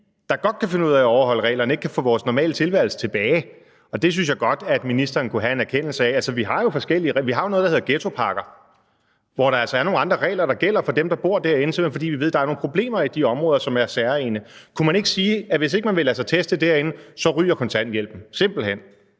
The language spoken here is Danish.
der godt kan finde ud af at overholde reglerne, ikke kan få vores normale tilværelse tilbage. Det synes jeg godt at ministeren kunne have en erkendelse af. Vi har noget, der hedder ghettopakker, hvor der altså gælder nogle andre regler for dem, der bor der, simpelt hen fordi vi ved, at der er nogle problemer i de områder, som er særegne. Kunne man ikke sige, at hvis ikke man ville lade sig teste der, så ryger kontanthjælpen – simpelt hen?